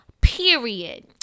Period